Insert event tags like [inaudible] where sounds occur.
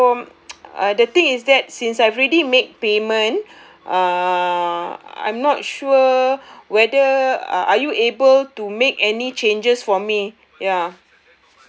so [noise] uh the thing is that since I've already make payment uh I'm not sure whether are you able to make any changes for me ya